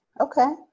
Okay